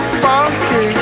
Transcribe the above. funky